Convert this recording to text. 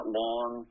long